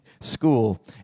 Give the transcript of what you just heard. school